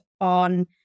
on